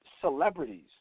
celebrities